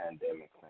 pandemic